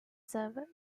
server